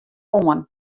oan